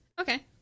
Okay